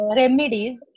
remedies